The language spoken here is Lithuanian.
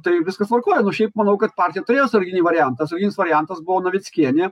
tai viskas tvarkoj nu šiaip manau kad partija turėjo atsarginį variantą atsarginis variantas buvo navickienė